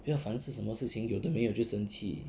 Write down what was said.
不要凡事什么事情有的没的就生气